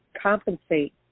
compensate